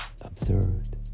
observed